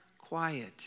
quiet